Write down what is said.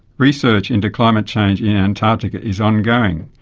research into climate change in antarctica is ongoing,